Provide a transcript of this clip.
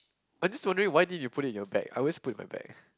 I'm just wondering why didn't you put it in your bag I always put in my bag eh